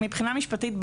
מבחינה משפטית,